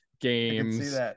games